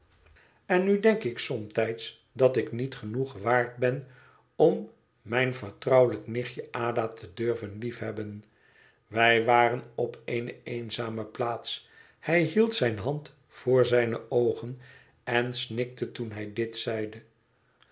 en nu denk ik somtijds dat ik niet genoeg waard ben om mijn vertrouwelijk nichtje ada te durven liefhebben wij waren op eene eenzame plaats hij hield zijne hand voor zijne oogen en snikte toen hij dit zeide